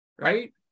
right